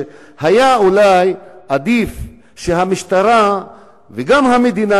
שהיה אולי עדיף שהמשטרה וגם המדינה